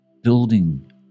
building